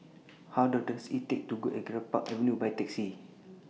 How Long Does IT Take to get to Greenpark Avenue By Taxi